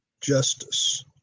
justice